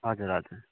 हजुर हजुर